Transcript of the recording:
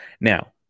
Now